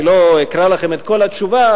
לא אקרא לכם את כל התשובה,